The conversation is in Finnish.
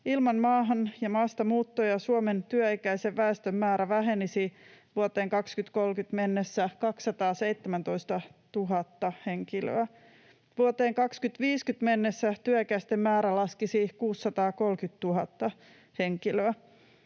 ilman maahan- ja maastamuuttoa Suomen työikäisen väestön määrä vähenisi vuoteen 2030 mennessä 217 000 henkilöä. Vuoteen 2050 mennessä työikäisten määrä laskisi 630 000 henkilöä.